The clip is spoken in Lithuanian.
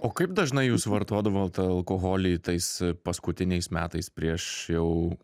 o kaip dažnai jūsų vartodavot alkoholį tais paskutiniais metais prieš jau